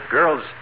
Girls